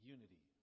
Unity